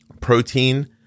protein